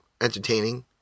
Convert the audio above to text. entertaining